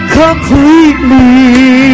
completely